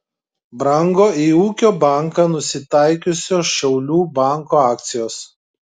brango į ūkio banką nusitaikiusio šiaulių banko akcijos